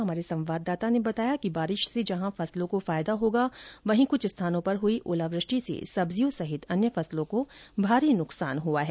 हमारे संवाददाता का कहना है कि बारिश से जहां फसलों को फायदा होगा वहीं कुछ स्थानों पर हुई ओलावृष्टि से सब्जियों सहित अन्य फसलों को भारी नुकसान भी हुआ है